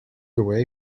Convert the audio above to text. away